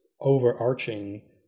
overarching